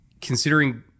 Considering